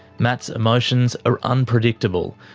matt's emotions are unpredictable.